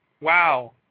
wow